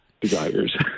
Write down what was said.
desires